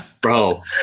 bro